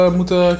moeten